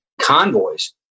convoys